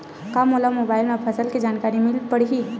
का मोला मोबाइल म फसल के जानकारी मिल पढ़ही?